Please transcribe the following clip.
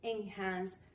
enhance